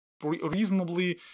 reasonably